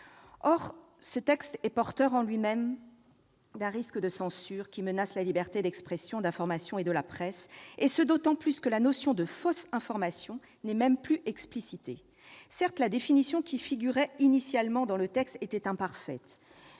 présent texte est porteur, en lui-même, d'un risque de censure, qui menace la liberté d'expression, d'information et de la presse, d'autant plus que la notion de « fausse information » n'est même plus explicitée. Certes, la définition qui figurait initialement dans le texte était imparfaite,